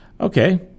Okay